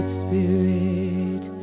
spirit